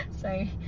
Sorry